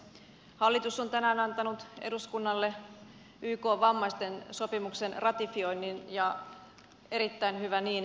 hallitus on tänään antanut eduskunnalle ykn vammaisten oikeuksien sopimuksen ratifioinnin ja erittäin hyvä niin kiitos siitä